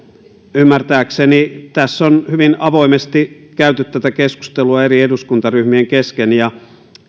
ymmärtääkseni tässä on hyvin avoimesti käyty tätä keskustelua eri eduskuntaryhmien kesken ja